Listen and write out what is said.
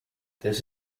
this